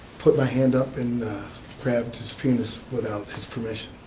put my hand up and grabbed his penis without his permission.